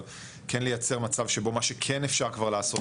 אבל כן לייצר מצב שבו מה שכן אפשר כבר לעשות,